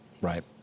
Right